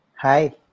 Hi